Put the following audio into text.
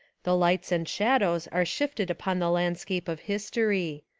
the lights and shadows are shifted upon the landscape of history.